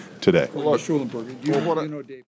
today